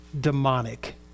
demonic